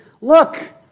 Look